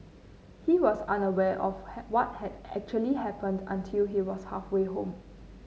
he was under aware of had what had actually happened until he was halfway home